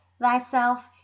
thyself